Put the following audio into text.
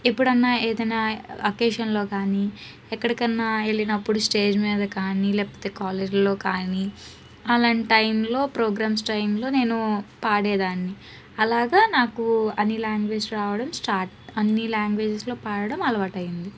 ఎప్పుడన్నా ఏదన్నా అకేషన్లో కానీ ఎక్కడికన్నా వెళ్ళినప్పుడు స్టేజ్ మీద కానీ లేకపోతే కాలేజ్లో కానీ అలాంటైంలో ప్రోగ్రామ్స్ టైంలో నెనూ పాడేదాన్ని అలాగా నాకు అని లాంగ్వేజ్ రావడం స్టార్ట్ అన్ని లాంగ్వేజెస్లో పాడడం అలవాటయ్యింది